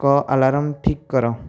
କ ଆଲାର୍ମ ଠିକ୍ କର